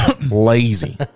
lazy